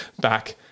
back